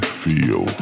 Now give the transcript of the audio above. feel